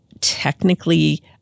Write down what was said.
technically